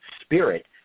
spirit